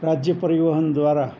રાજ્ય પરિવહન દ્વારા